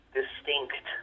distinct